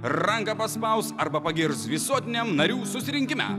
ranką paspaus arba pagirs visuotiniam narių susirinkime